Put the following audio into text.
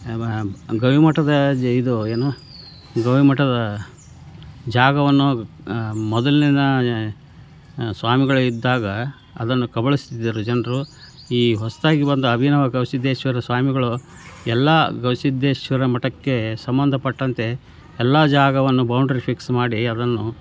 ಬ ಗವಿ ಮಠದ ಜೆ ಇದು ಏನು ಗವಿ ಮಠದ ಜಾಗವನ್ನು ಮೊದಲಿನ ಸ್ವಾಮಿಗಳು ಇದ್ದಾಗ ಅದನ್ನು ಕಬಳಿಸುತ್ತಿದ್ದರು ಜನರು ಈ ಹೊಸತಾಗಿ ಬಂದ ಅಭಿನವ ಗವಿ ಸಿದ್ಧೇಶ್ವರ ಸ್ವಾಮಿಗಳು ಎಲ್ಲಾ ಗವಿ ಸಿದ್ಧೇಶ್ವರ ಮಠಕ್ಕೆ ಸಂಬಂಧಪಟ್ಟಂತೆ ಎಲ್ಲಾ ಜಾಗವನ್ನು ಬೌಂಡ್ರಿ ಫಿಕ್ಸ್ ಮಾಡಿ ಅದನ್ನು